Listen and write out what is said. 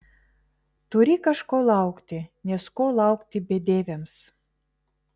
turi kažko laukti nes ko laukti bedieviams